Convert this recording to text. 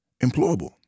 employable